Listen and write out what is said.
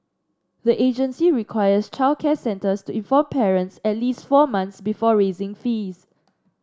the agency requires childcare centres to inform parents at least four months before raising fees